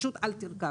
פשוט אל תרכב.